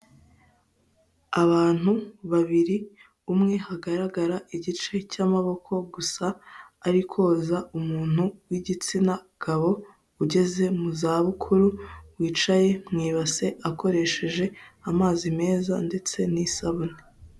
Abantu babiri umwe hagaragara igice cy'amaboko gusa ari koza umuntu w'igitsina gabo ugeze mu za bukuru, wicaye mu ibase akoresheje amazi meza ndetse n'isabune.